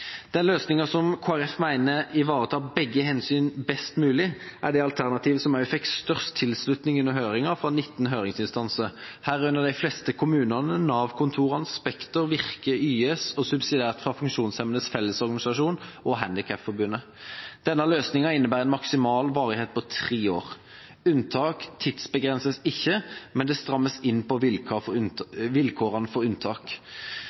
Den løsningen som Kristelig Folkeparti mener ivaretar begge hensyn best mulig, er alternativet som også fikk størst tilslutning under høringen – fra 19 høringsinstanser, herunder de fleste kommunene, Nav-kontorene, Spekter, Virke, YS og subsidiært fra Funksjonshemmedes Fellesorganisasjon og Norges Handikapforbund. Denne løsningen innebærer en maksimal varighet på tre år. Unntak tidsbegrenses ikke, men det strammes inn på vilkårene for unntak.